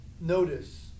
Notice